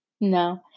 No